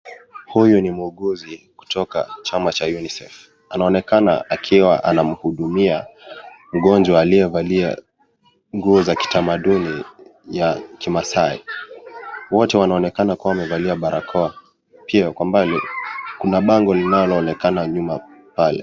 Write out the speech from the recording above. Huyu ni muuguzi kutoka chama cha UNICEF anaonekana akihudumia mgonjwa aliyevalia nguo za utamaduni ya kimaasai, wote wanaonekana kuwa wamevaa barakoa pia kwa mbali kuna bango ambalo linaonekana nyuma pale.